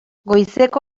goizeko